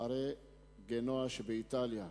אחרי גנואה שבאיטליה,